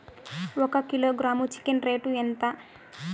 ఒక kilogram chicken rate ఎంత?